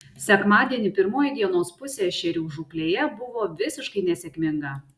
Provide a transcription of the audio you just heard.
sekmadienį pirmoji dienos pusė ešerių žūklėje buvo visiškai nesėkminga